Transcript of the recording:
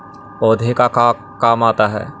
पौधे का काम आता है?